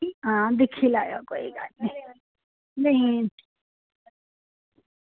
आं दिक्खी लैयो कोई गल्ल निं नेईं